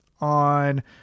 on